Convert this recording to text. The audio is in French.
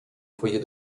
foyer